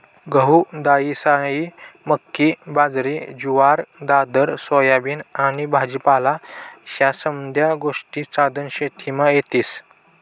गहू, दायीसायी, मक्की, बाजरी, जुवार, दादर, सोयाबीन आनी भाजीपाला ह्या समद्या गोष्टी सधन शेतीमा येतीस